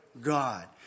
God